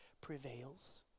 prevails